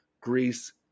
greece